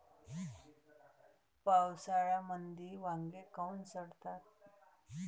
पावसाळ्यामंदी वांगे काऊन सडतात?